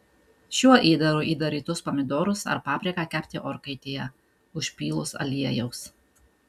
šiuo įdaru įdarytus pomidorus ar papriką kepti orkaitėje užpylus aliejaus